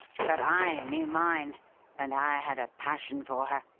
but i knew mine and i had a passion for her.